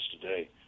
today